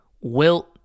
Wilt